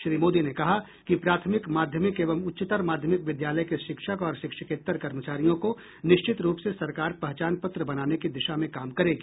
श्री मोदी ने कहा कि प्राथमिक माध्यमिक एवं उच्चतर माध्यमिक विद्यालय के शिक्षक और शिक्षकेत्तर कर्मचारियों को निश्चित रूप से सरकार पहचान पत्र बनाने की दिशा में काम करेगी